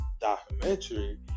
documentary